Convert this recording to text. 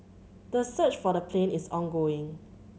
the search for the plane is ongoing